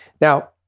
Now